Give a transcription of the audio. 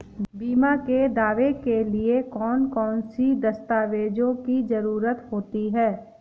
बीमा के दावे के लिए कौन कौन सी दस्तावेजों की जरूरत होती है?